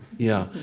yeah.